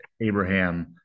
Abraham